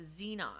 xenon